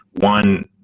One